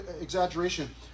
exaggeration